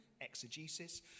exegesis